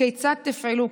כיצד תפעלו,